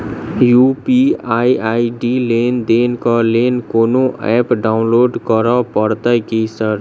UPI ID लेनदेन केँ लेल कोनो ऐप डाउनलोड करऽ पड़तय की सर?